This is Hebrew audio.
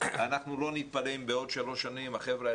אנחנו לא נתפלא אם בעוד שלוש שנים החבר'ה האלה,